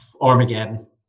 Armageddon